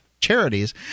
charities